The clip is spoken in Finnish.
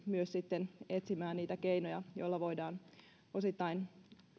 myös sitten etsimään niitä keinoja joilla voidaan osittain